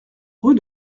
rue